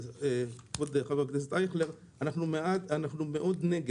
כבוד חבר הכנסת אייכלר אנחנו מאוד נגד.